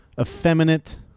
effeminate